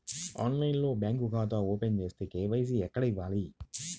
ఆన్లైన్లో బ్యాంకు ఖాతా ఓపెన్ చేస్తే, కే.వై.సి ఎక్కడ ఇవ్వాలి?